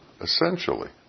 essentially